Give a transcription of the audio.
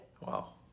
Wow